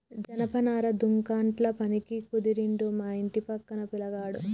జనపనార దుకాండ్ల పనికి కుదిరిండు మా ఇంటి పక్క పిలగాడు